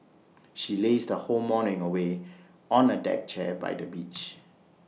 she lazed whole morning away on A deck chair by the beach